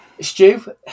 Stu